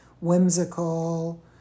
whimsical